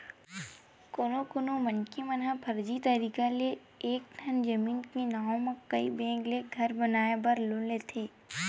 कोनो कोनो मनखे ह फरजी तरीका ले एके ठन जमीन के नांव म कइ बेंक ले घर बनाए बर लोन लेथे